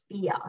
fear